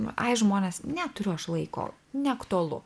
nu ai žmonės neturiu aš laiko neaktualu